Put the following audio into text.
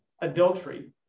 adultery